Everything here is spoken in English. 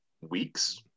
weeks